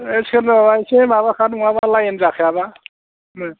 सोरनोबा इसे माबाखा नङाबा लाइन जाखायाबा बिदिनो